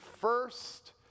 first